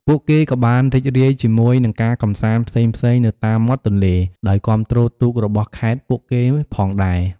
ពួកគេក៏បានរីករាយជាមួយ នឹងការកម្សាន្តផ្សេងៗនៅតាមមាត់ទន្លេ ដោយគាំទ្រទូករបស់ខេត្តពួកគេផងដែរ។